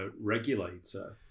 regulator